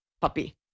Puppy